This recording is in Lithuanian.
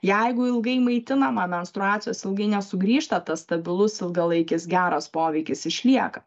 jeigu ilgai maitinama menstruacijos ilgai nesugrįžta tas stabilus ilgalaikis geras poveikis išlieka